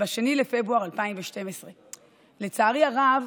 ב-2 בפברואר 2012. לצערי הרב,